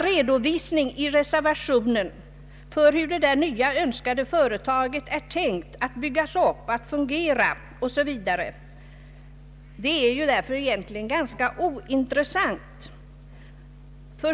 Redovisningen i reservationen för hur det nya företag som man har tänkt sig skall byggas upp, fungera o. s. v. är egentligen ganska ointressant.